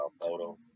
photo